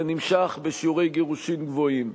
זה נמשך בשיעורי גירושים גבוהים,